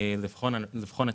יש